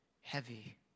heavy